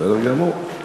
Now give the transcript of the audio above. בסדר גמור.